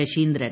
Saseendran